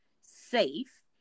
safe